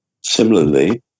similarly